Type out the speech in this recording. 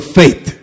faith